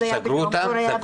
זה היה בדרום קוריאה,